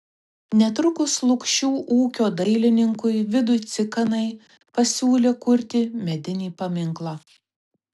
netrukus lukšių ūkio dailininkui vidui cikanai pasiūlė kurti medinį paminklą